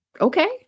okay